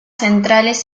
centrales